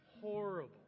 horrible